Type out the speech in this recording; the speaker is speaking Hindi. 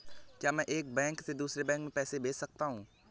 क्या मैं एक बैंक से दूसरे बैंक में पैसे भेज सकता हूँ?